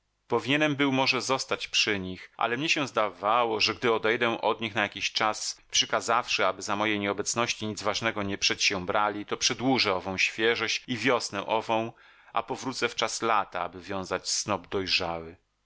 powinienem był może zostać przy nich ale mnie się zdawało że gdy odejdę od nich na jakiś czas przykazawszy aby za mojej nieobecności nic ważnego nie przedsiębrali to przedłużę ową świeżość i wiosnę ową a powrócę w czas lata aby wiązać snop dojrzały